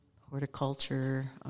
horticulture